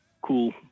cool